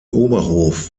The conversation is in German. oberhof